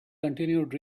continued